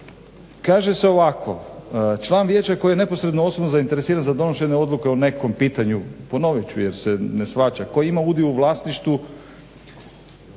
Kaže se ovako "član vijeća koji je neposredno osobno zainteresiran za donošenje odluke o nekom pitanju" ponovit ću jer se ne shvaća "koji ima udio u vlasništvu